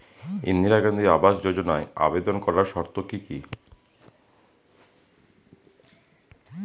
ইন্দিরা গান্ধী আবাস যোজনায় আবেদন করার শর্ত কি কি?